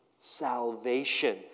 salvation